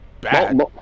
bad